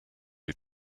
you